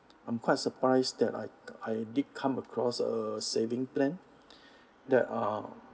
I'm quite surprised that I I did come across a saving plan that uh